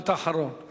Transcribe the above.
משפט אחרון.